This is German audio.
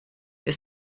wir